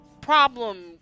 problem